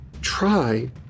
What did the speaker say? try